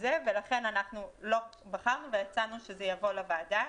לכן הצענו שזה יבוא לוועדה,